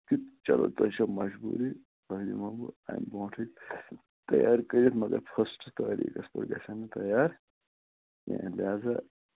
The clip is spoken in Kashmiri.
تےَ چَلو تۅہہِ چھَوٕ مَجبوٗری تۅہہِ دِمہو بہٕ اَمہِ برٛونٛٹھٕے تیار کٔرِتھ مَگر فسٹ تٲریٖخ گژھِ گژھن نہٕ تیار کیٚنٛہہ لہذا